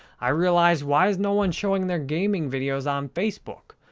i realized, why is no one showing their gaming videos on facebook?